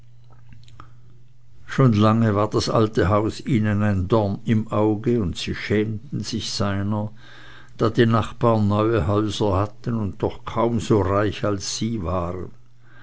schon lange war das alte haus ihnen ein dorn im auge und sie schämten sich seiner da die nachbaren neue häuser hatten und doch kaum so reich als sie waren